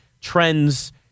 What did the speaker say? trends